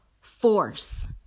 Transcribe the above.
force